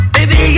Baby